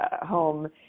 home